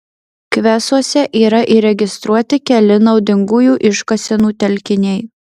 kvesuose yra įregistruoti keli naudingųjų iškasenų telkiniai